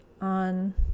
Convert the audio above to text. on